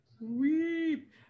Weep